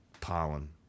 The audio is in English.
pollen